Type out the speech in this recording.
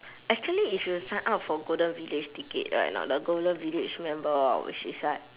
actually if you sign up for golden village ticket right not the golden village member or which is right